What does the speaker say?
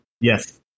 yes